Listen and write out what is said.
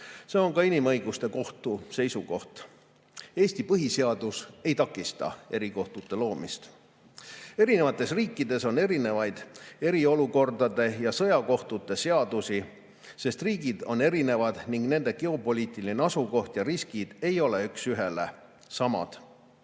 See on ka inimõiguste kohtu seisukoht. Eesti põhiseadus ei takista erikohtute loomist. Eri riikides on erinevaid eriolukordade ja sõjakohtute seadusi, sest riigid on erinevad ning nende geopoliitiline asukoht ja riskid ei ole üks ühele